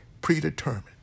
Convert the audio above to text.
predetermined